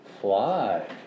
Fly